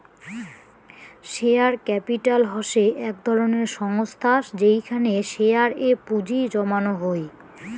share capital হসে এক ধরণের সংস্থা যেইখানে শেয়ার এ পুঁজি জমানো হই